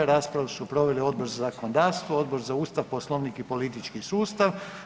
Raspravu su proveli Odbor za zakonodavstvo, Odbor za Ustav, Poslovnik i politički sustav.